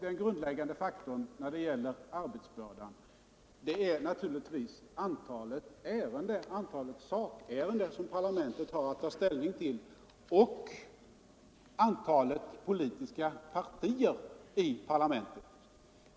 Den grundläggande faktorn när det gäller ar Nr 109 betsbördan är inte antalet ledamöter i och för sig, utan det är antalet sak Onsdagen den ärenden som parlamentet har att ta ställning till och antalet politiska partier 30 oktober 1974 i parlamentet.